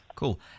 Cool